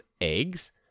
eggs